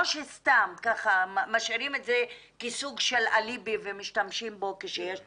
או שסתם ככה משאירים את זה כסוג של אליבי ומשתמשים בו כשיש צורך?